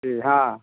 जी हाँ